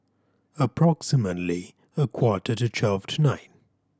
approximately a quarter to twelve tonight